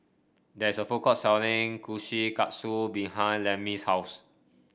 there is a food court selling Kushikatsu behind Lemmie's house